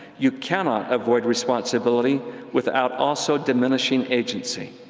you cannot avoid responsibility without also diminishing agency.